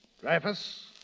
Dreyfus